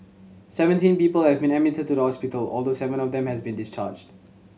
seventeen people have been admitted to the hospital although seven of them has been discharged